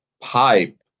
pipe